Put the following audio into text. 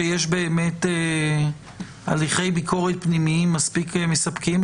שיש באמת הליכי ביקורת פנימיים מספקים?